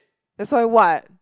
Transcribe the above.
that's why what